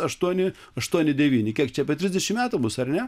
aštuoni aštuoni devyni kiek čia apie trisdešimt metų bus ar ne